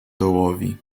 dołowi